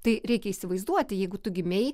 tai reikia įsivaizduoti jeigu tu gimei